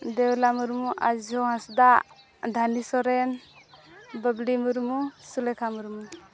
ᱫᱮᱣᱞᱟ ᱢᱩᱨᱢᱩ ᱟᱡᱚ ᱦᱟᱸᱥᱫᱟᱜ ᱫᱷᱟᱹᱱᱤ ᱥᱚᱨᱮᱱ ᱵᱟᱵᱞᱤ ᱢᱩᱨᱢᱩ ᱥᱩᱞᱮᱠᱷᱟ ᱢᱩᱨᱢᱩ